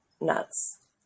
nuts